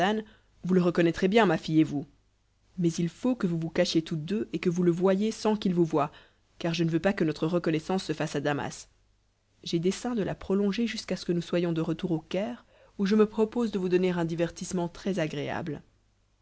vous le reconnaîtrez bien ma fille et vous mais il faut que vous vous cachiez toutes deux et que vous le voyiez sans qu'il vous voie car je ne veux pas que notre reconnaissance se fasse à damas j'ai dessein de la prolonger jusqu'à ce que nous soyons de retour au caire où je me propose de vous donner un avertissement